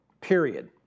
period